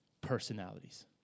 personalities